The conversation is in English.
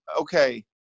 Okay